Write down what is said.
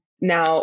now